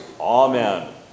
Amen